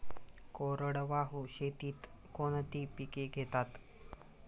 कोरडवाहू शेतीत कोणती पिके घेतात?